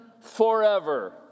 forever